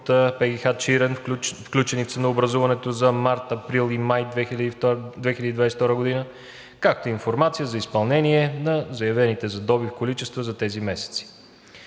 ПГХ „Чирен“, включени в ценообразуването за март, април и май 2022 г., както и информация за изпълнение на заявените за добив количества за тези месеци.